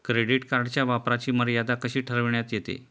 Credit कार्डच्या वापराची मर्यादा कशी ठरविण्यात येते?